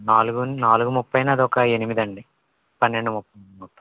నాలుగుని నాలుగు ముప్పైని అదొక ఎనిమిదండి పన్నెండు ముప్పై మొత్తం